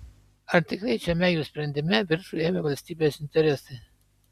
ar tikrai šiame jų sprendime viršų ėmė valstybės interesai